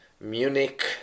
Munich